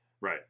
Right